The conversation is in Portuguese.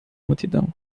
multidão